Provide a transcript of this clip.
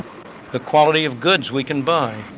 the quality of goods we can buy,